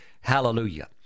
Hallelujah